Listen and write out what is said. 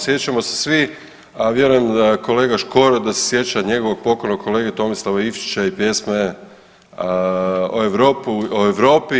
Sjećamo se svi, a vjerujem da se kolega Škoro da se sjeća njegovog pokojnog kolege Tomislava Ivčića i pjesme o Europi.